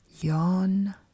Yawn